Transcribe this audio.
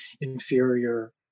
inferior